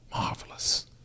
marvelous